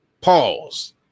Pause